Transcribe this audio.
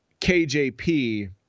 KJP